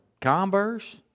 converse